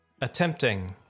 attempting